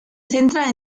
centra